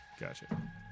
Gotcha